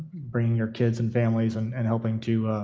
bringing your kids and families and and helping to